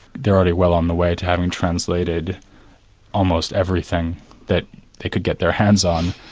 they're already well on the way to having translated almost everything that they could get their hands on,